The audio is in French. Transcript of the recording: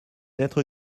être